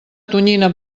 tonyina